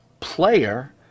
Player